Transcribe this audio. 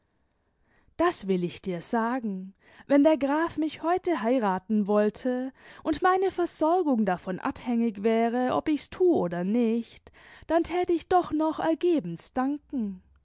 das will ich dir sagen wenn der graf mich heute heiraten wollte und meine versorgung davon abhängig wäre ob ich's tu oder nicht dann tat ich doch noch ergebenst danken